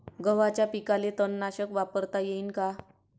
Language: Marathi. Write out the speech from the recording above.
गव्हाच्या पिकाले तननाशक वापरता येईन का?